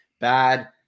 Bad